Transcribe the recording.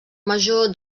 major